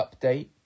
update